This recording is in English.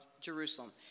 Jerusalem